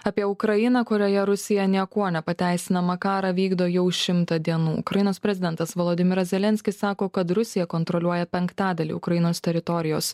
apie ukrainą kurioje rusija niekuo nepateisinamą karą vykdo jau šimtą dienų ukrainos prezidentas volodimiras zelenskis sako kad rusija kontroliuoja penktadalį ukrainos teritorijos